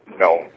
No